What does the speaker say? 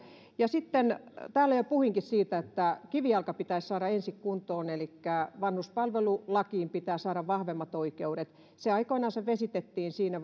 sitten täällä jo puhuinkin siitä että kivijalka pitäisi saada ensin kuntoon elikkä vanhuspalvelulakiin pitää saada vahvemmat oikeudet se aikoinansa vesitettiin siinä